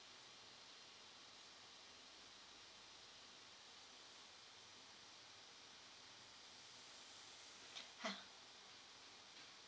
!huh!